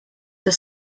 the